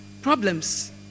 problems